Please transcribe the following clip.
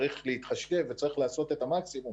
צריך להתחשב וצריך לעשות את המקסימום.